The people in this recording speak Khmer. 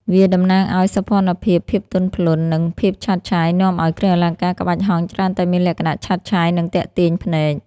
វាតំណាងឱ្យ សោភ័ណភាព ភាពទន់ភ្លន់ និង ភាពឆើតឆាយនាំឲ្យ គ្រឿងអលង្ការក្បាច់ហង្សច្រើនតែមានលក្ខណៈឆើតឆាយ និងទាក់ទាញភ្នែក។